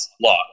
law